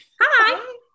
Hi